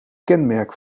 kenmerk